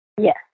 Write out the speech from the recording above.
Yes